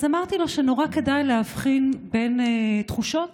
אז אמרתי לו שנורא כדאי להבחין בין תחושות